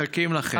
מחכים לכם.